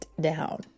down